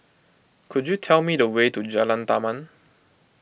could you tell me the way to Jalan Taman